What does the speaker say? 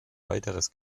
weiteres